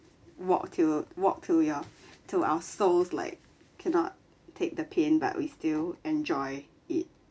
walk to walk to your to our soles like cannot take the pain but we still enjoy it